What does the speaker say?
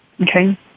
Okay